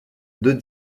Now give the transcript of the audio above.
deux